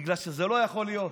בגלל שזה לא יכול להיות.